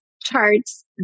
charts